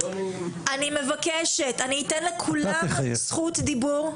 אתן לכולם זכות דיבור,